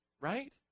Right